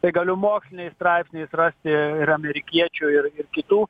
tai galiu moksliniais straipsniais rasti ir amerikiečių ir ir kitų